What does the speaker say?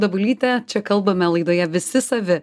dabulytė čia kalbame laidoje visi savi